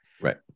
Right